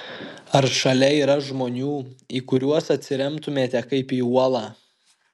ar šalia yra žmonių į kuriuos atsiremtumėte kaip į uolą